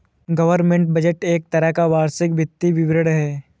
government budget एक तरह का वार्षिक वित्तीय विवरण है